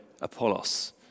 Apollos